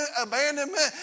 abandonment